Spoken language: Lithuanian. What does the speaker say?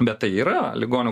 bet tai yra ligonių